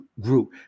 group